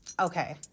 okay